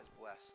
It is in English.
blessed